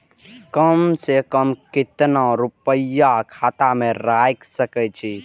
कम से कम केतना रूपया खाता में राइख सके छी?